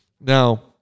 Now